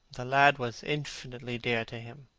the lad was infinitely dear to him,